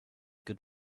good